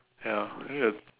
ya I need a